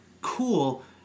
Cool